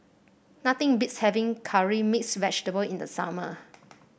nothing beats having Curry Mixed Vegetable in the summer